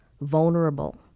vulnerable